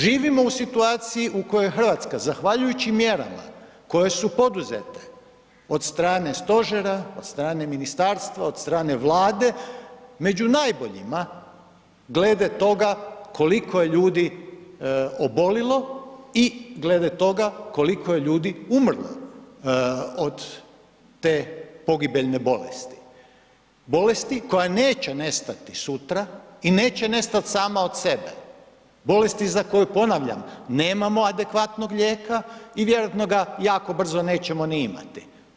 Živimo u situaciji u kojoj je RH zahvaljujući mjerama koje su poduzete od strane stožera, od strane ministarstva, od strane Vlade, među najboljima glede toga koliko je ljudi obolilo i glede toga koliko je ljudi umrlo od te pogibeljne bolesti, bolesti koja neće nestati sutra i neće nestat sama od sebe, bolesti za koju, ponavljam, nemamo adekvatnog lijeka i vjerojatno ga jako brzo nećemo ni imati.